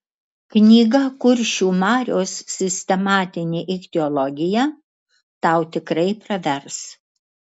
knyga kuršių marios sistematinė ichtiologija tau tikrai pravers